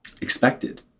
expected